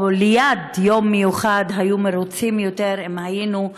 או ליד היום המיוחד, היינו מרוצים יותר אם היינו,